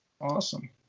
Awesome